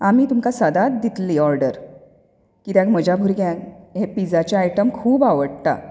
आमी तुमकां सदांच दितली ऑर्डर कित्याक म्हज्या भुरग्यांक हे पिझाचे आयटम खूब आवडटा